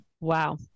Wow